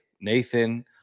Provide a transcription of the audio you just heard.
Nathan